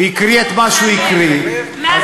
הוא הקריא את מה שהוא הקריא, מהמם, מהמם.